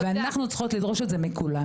ואנחנו צריכות לדרוש את זה מכולן,